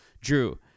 Drew